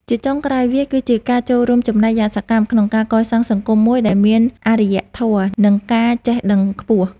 ជាចុងក្រោយ វាគឺជាការចូលរួមចំណែកយ៉ាងសកម្មក្នុងការកសាងសង្គមមួយដែលមានអារ្យធម៌ និងការចេះដឹងខ្ពស់។